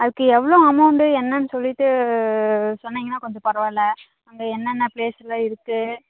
அதுக்கு எவ்வளோ அமௌண்டு என்னென்று சொல்லிவிட்டு சொன்னிங்கன்னால் கொஞ்சம் பரவால்லை அங்கே என்னென்ன பிளேஸெலாம் இருக்குது